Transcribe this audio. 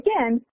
again